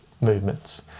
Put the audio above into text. movements